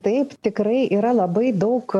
taip tikrai yra labai daug